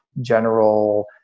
general